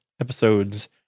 episodes